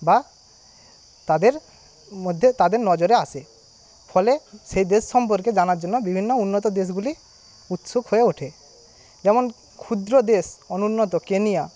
বা তাদের মধ্যে তাদের নজরে আসে ফলে সেই দেশ সম্পর্কে জানার জন্য বিভিন্ন উন্নত দেশগুলি উৎসুক হয়ে ওঠে যেমন ক্ষুদ্র দেশ অনুন্নত কেনিয়া